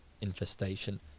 infestation